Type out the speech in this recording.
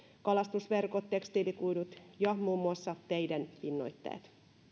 kalastusverkot tekstiilikuidut ja muun muassa teiden pinnoitteet